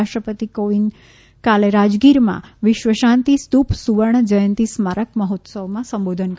રાષ્ટ્રપતિ કોવિંદ કાલે રાજગીરમાં વિશ્વશાંતિ સ્તૂપ સુવર્ણ જયંતિ સ્મારક મહોત્સવ માં સંબોધન કરશે